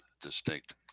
distinct